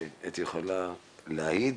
ואתי יכולה להעיד,